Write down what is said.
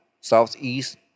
southeast